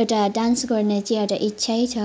एउटा डान्स गर्ने चाहिँ एउटा इच्छै छ